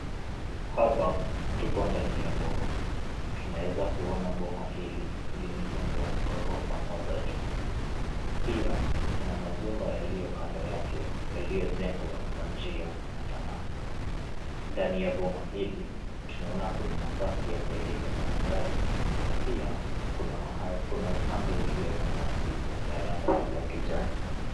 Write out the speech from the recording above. Hapa tuko ndani ya boma. Tunaweza kuona boma hili limejengwa na ghorofa moja juu. Pia kuna majumba yaliyo kando yake yaliyojengwa kwa njia inafanana. Ndani ya boma hili tunaona kuna nafasi ya kuegemeza magari na pia kuna upande ulio na nyasi ya rangi ya kijani.